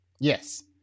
Yes